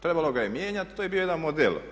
Trebalo ga je mijenjati, to je bio jedan model.